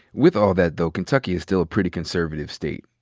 with all that though, kentucky is still a pretty conservative state.